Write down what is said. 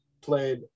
played